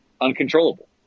uncontrollable